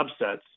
subsets